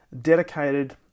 dedicated